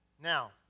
Now